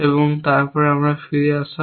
এবং তারপর আমরা ফিরে আসা